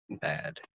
bad